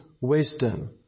wisdom